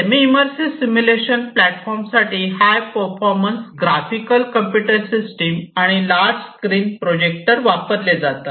semi immersive simulation platform साठी high performance graphical computing system आणि large screen projector वापरले जातात